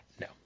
No